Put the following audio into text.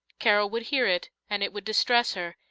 carol would hear it, and it would distress her,